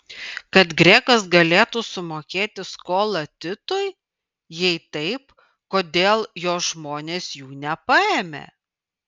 kad gregas galėtų sumokėti skolą titui jei taip kodėl jo žmonės jų nepaėmė